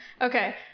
Okay